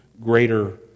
greater